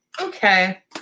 okay